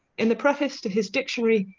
in the preface to his dictionary.